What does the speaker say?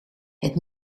het